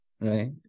Right